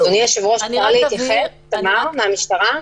אני תמר מהמשטרה.